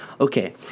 Okay